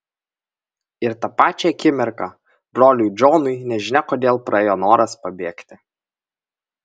ir tą pačią akimirką broliui džonui nežinia kodėl praėjo noras pabėgti